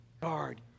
Guard